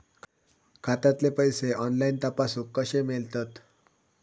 खात्यातले पैसे ऑनलाइन तपासुक कशे मेलतत?